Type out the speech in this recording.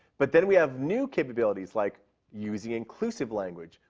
but then we have new capabilities, like using inclusive language,